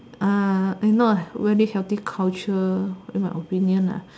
uh not very healthy culture in my opinion lah